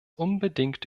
unbedingt